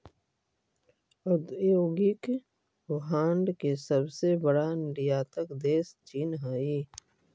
औद्योगिक भांड के सबसे बड़ा निर्यातक देश चीन हई